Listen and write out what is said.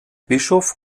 bischof